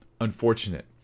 unfortunate